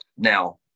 now